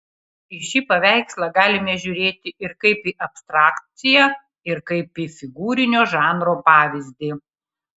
į šį paveikslą galime žiūrėti ir kaip į abstrakciją ir kaip į figūrinio žanro pavyzdį